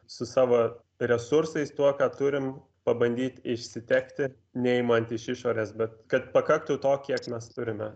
su savo resursais tuo ką turim pabandyt išsitekti neimant iš išorės bet kad pakaktų to kiek mes turime